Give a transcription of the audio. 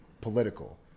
political